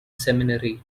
seminary